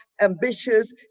ambitious